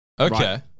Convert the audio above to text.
Okay